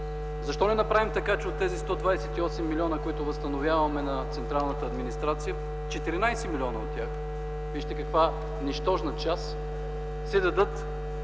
защо не направим така, че от тези 128 млн. лв., които възстановяваме на централната администрация – 14 милиона от тях, вижте каква нищожна част, да се дадат